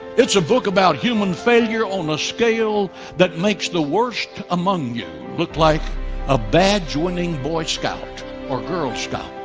it's a book about human failure on a scale that makes the worst among you look like a badge winning boy scout or girl scout